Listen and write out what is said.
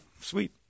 sweet